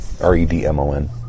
R-E-D-M-O-N